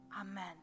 Amen